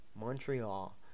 Montreal